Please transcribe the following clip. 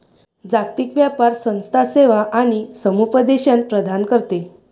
जागतिक व्यापार संस्था सेवा आणि समुपदेशन प्रदान करते